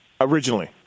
originally